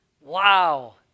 Wow